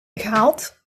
gehaald